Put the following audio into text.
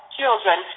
children